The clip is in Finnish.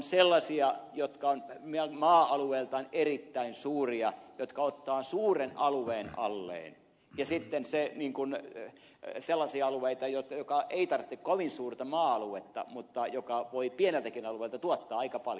sellaisia jotka ovat maa alueiltaan erittäin suuria jotka ottavat suuren alueen alleen ja sitten sellaisia alueita jotka eivät tarvitse kovin suurta maa aluetta mutta voivat pieneltäkin alueelta tuottaa aika paljon